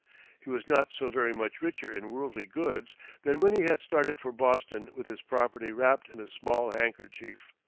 he was not so very much richer in worldly goods than when he had started for boston with his property wrapped in a small handkerchief.